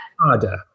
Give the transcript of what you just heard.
harder